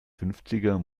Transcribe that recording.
fünfziger